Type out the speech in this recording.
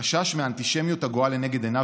את החשש מהאנטישמיות הגואה לנגד עיניו